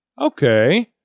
Okay